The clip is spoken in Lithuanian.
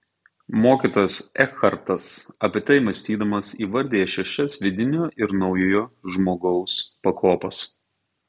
mokytojas ekhartas apie tai mąstydamas įvardija šešias vidinio ir naujojo žmogaus pakopas